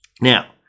now